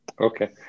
Okay